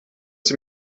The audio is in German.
sie